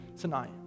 tonight